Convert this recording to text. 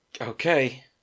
okay